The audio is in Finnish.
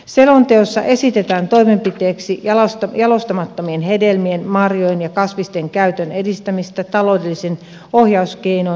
selonteossa esitetään toimenpiteeksi jalostamattomien hedelmien marjojen ja kasvisten käytön edistämistä taloudellisin ohjauskeinoin